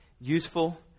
useful